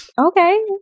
Okay